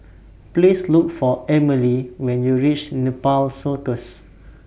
Please Look For Amalie when YOU REACH Nepal Circus